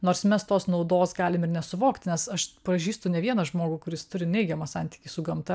nors mes tos naudos galim ir nesuvokti nes aš pažįstu ne vieną žmogų kuris turi neigiamą santykį su gamta